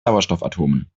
sauerstoffatomen